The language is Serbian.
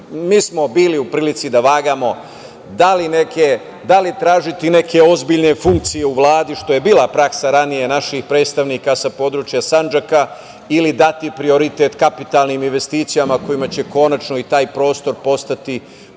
jer smo bili u prilici da vagamo da li tražiti neke ozbiljne funkcije u Vladi, što je bila praksa ranije naših predstavnika sa područja Sandžaka ili dati prioritet kapitalnim investicijama kojima će konačno i taj prostor postati u